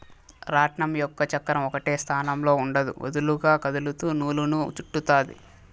రాట్నం యొక్క చక్రం ఒకటే స్థానంలో ఉండదు, వదులుగా కదులుతూ నూలును చుట్టుతాది